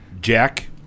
Jack